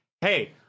hey